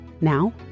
now